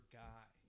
guy